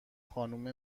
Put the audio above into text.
خانم